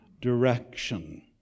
direction